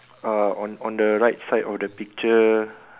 uh on on the right side of the picture